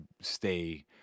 stay